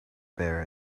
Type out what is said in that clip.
bear